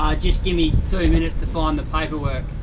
ah just give me two minutes to find the paper work.